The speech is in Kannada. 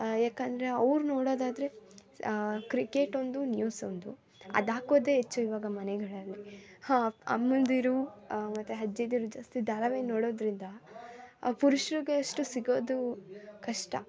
ಯಾಕೆಂದ್ರೆ ಅವ್ರು ನೋಡೋದಾದರೆ ಕ್ರಿಕೆಟ್ ಒಂದು ನ್ಯೂಸೊಂದು ಅದು ಹಾಕೋದೆ ಹೆಚ್ಚು ಇವಾಗ ಮನೆಗಳಲ್ಲಿ ಹಾಂ ಅಮ್ಮಂದಿರು ಮತ್ತೆ ಅಜ್ಜಿಯಂದಿರು ಜಾಸ್ತಿ ಧಾರಾವಾಹಿ ನೋಡೊದರಿಂದ ಪುರುಷರಿಗೆ ಅಷ್ಟು ಸಿಗೋದು ಕಷ್ಟ